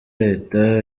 leta